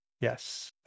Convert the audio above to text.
Yes